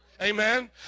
Amen